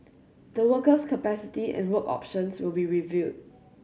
the worker's capacity and work options will be reviewed